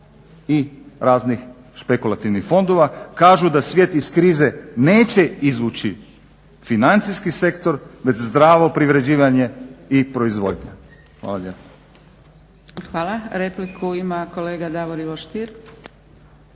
Hvala. Repliku ima kolega Davor Ivo Stier.